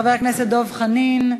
חבר הכנסת דב חנין,